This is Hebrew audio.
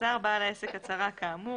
מסר בעל העסק הצהרה כאמור,